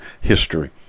history